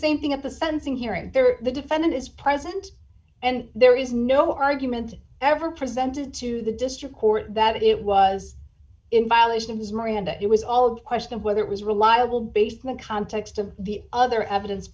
same thing at the sensing hearing the defendant is present and there is no argument ever presented to the district court that it was in violation of his miranda it was all the question of whether it was reliable basement context of the other evidence